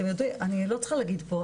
אני לא צריכה להגיד פה,